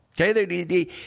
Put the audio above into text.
Okay